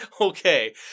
okay